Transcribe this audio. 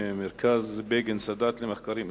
של מרכז בגין-סאדאת למחקרים אסטרטגיים: